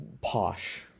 posh